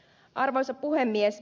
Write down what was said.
arvoisa puhemies